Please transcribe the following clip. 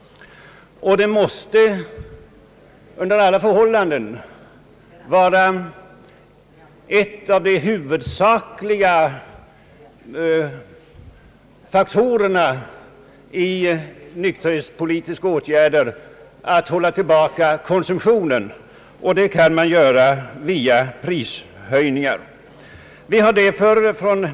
Under alla förhållanden måste en av de huvudsakliga faktorerna i nykterhetspolitiken vara att hålla tillbaka konsumtionen, och det kan man göra via prishöjningar.